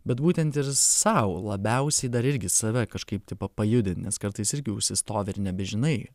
bet būtent ir sau labiausiai dar irgi save kažkaip tai pajudint nes kartais irgi užsistovi ir nebežinai